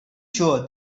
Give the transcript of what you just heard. sure